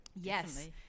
Yes